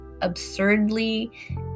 absurdly